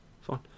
fine